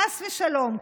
חס ושלום.